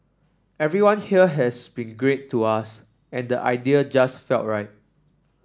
everyone here has been great to us and the idea just felt right